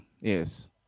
yes